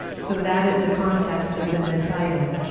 so that is the context within this item.